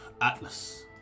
Atlas